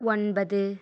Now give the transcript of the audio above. ஒன்பது